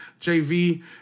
JV